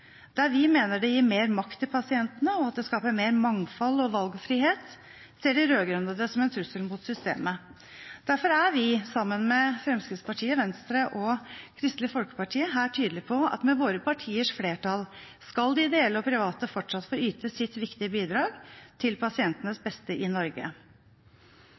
vi mener det gir mer makt til pasientene, og at det skaper mer mangfold og valgfrihet, ser de rød-grønne det som en trussel mot systemet. Derfor er vi, sammen med Fremskrittspartiet, Venstre og Kristelig Folkeparti, her tydelige på at med våre partiers flertall skal de ideelle og private fortsatt få yte sitt viktige bidrag til pasientenes beste i Norge.